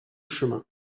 chemin